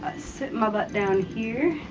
sit my butt down here.